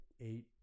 eight